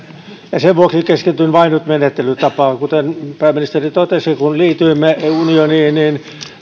sen vuoksi keskityn nyt vain menettelytapaan kuten pääministeri totesi kun liityimme unioniin